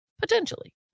potentially